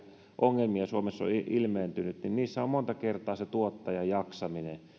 ongelmia suomessa on ilmentynyt niissä on monta kertaa tuottajan jaksaminen